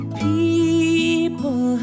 people